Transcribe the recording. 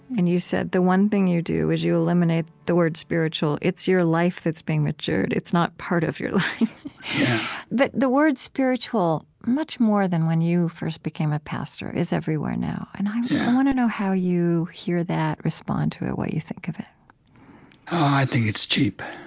and you said the one thing you do is you eliminate the word spiritual. it's your life that's being matured. it's not part of your life yeah but the word spiritual, much more than when you first became a pastor, is everywhere now yes and i want to know how you hear that, respond to it, what you think of it i think it's cheap.